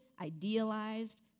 idealized